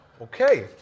Okay